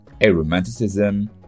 aromanticism